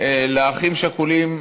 לאחים שכולים,